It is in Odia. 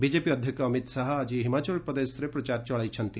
ବିଜେପି ଅଧ୍ୟକ୍ଷ ଅମିତ୍ ଶାହା ଆଜି ହିମାଚଳ ପ୍ରଦେଶରେ ପ୍ରଚାର ଚଳାଇଛନ୍ତି